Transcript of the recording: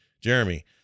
Jeremy